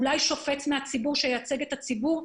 אולי שופט שייצג את הציבור.